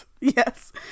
yes